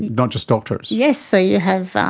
not just doctors. yes, so you have